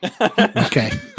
Okay